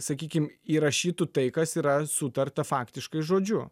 sakykim įrašytų tai kas yra sutarta faktiškai žodžiu